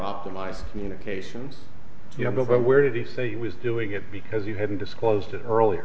optimized communications but where did he say he was doing it because you hadn't disclosed it earl